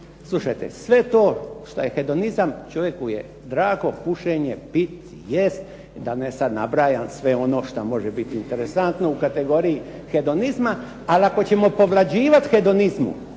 Slušajte sve to šta je hedonizam čovjeku je drago, pušenje, pit, jest da ne sad nabrajam sve ono šta može biti interesantno u kategoriji hedonizma, ali ako ćemo povlađivati hedonizmu